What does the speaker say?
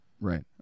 Right